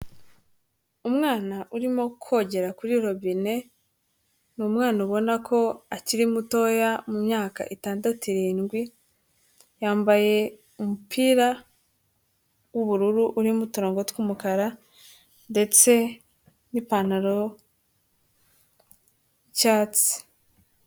Umwana urimo kogera kuri robine, ni umwana ubona ko akiri mutoya, mu myaka itandatu, irindwi, yambaye umupira w'ubururu urimo uturongogo tw'umukara ndetse n'ipantaro y'icyatsi.